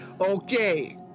Okay